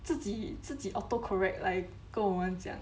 自己自己 auto correct like 跟我们讲